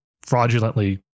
fraudulently